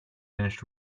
finished